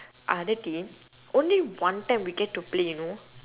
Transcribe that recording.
other team only one time we get to play you know